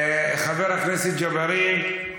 חבר הכנסת ג'בארין,